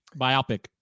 biopic